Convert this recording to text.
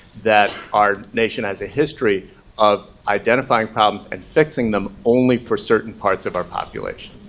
that our nation has a history of identifying problems and fixing them only for certain parts of our population.